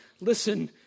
listen